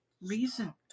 reason